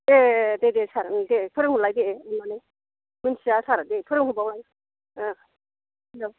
ए दे दे सार दे फोरोंहरलाय दे अननानै मोन्थिआ सार दे फोरोंहरबावलाय